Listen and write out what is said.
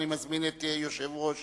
אני מזמין את יושב-ראש